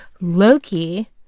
Loki